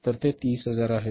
तर ते 30000 आहेत